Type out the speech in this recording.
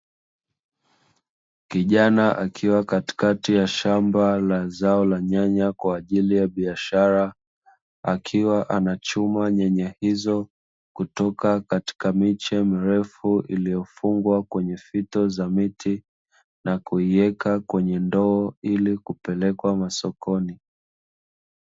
Kijana akiwa katikati ya shamba la zao la nyanya kwa ajili ya biashara, akiwa anachuma nyanya hizo kutoka katika miche mirefu iliyofungwa kwenye fito za miti na kuiweka kwenye ndoo ili kupelekwa sokoni.